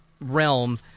realm